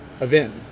event